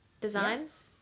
Designs